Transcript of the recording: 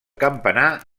campanar